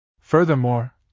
Furthermore